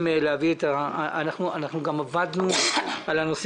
אנחנו גם עבדנו על הנושא